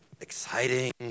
exciting